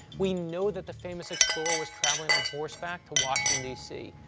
we know that the famous explorer was traveling on horseback to washington d c.